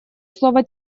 слово